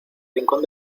rincón